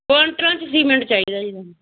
ਕੂਏਂਟਲਾਂ 'ਚ ਸੀਮੈਂਟ ਚਾਹੀਦਾ ਜੀ ਸਾਨੂੰ